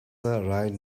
right